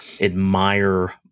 admire